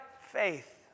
faith